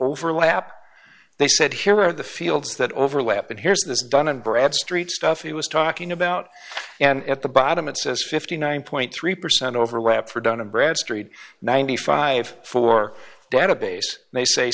overlap they said here are the fields that overlap and here's this dun and bradstreet stuff he was talking about and at the bottom it says fifty nine point three percent overlap for dun and bradstreet ninety five for database may say